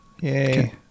yay